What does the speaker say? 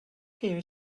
here